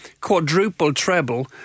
quadruple-treble